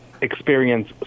experience